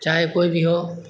چاہے کوئی بھی ہو